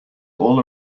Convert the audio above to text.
all